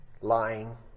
lying